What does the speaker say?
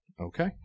Okay